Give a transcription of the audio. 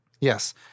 Yes